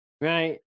right